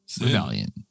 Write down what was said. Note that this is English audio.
Rebellion